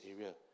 area